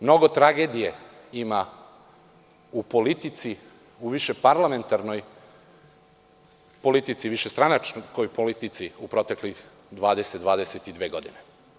Mnogo tragedije ima u politici u višeparlamentarnoj, u višestranačkoj politici u proteklih 20, 22 godine.